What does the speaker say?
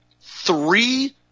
three